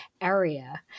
area